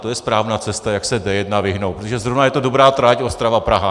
To je správná cesta, jak se D1 vyhnout, protože zrovna je to dobrá trať Ostrava Praha.